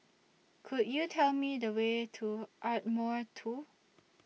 Could YOU Tell Me The Way to Ardmore two